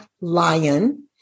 lion